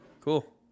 Cool